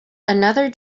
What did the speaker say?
another